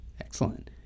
Excellent